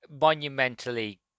monumentally